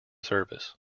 service